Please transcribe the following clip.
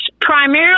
Primarily